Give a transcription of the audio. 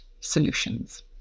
solutions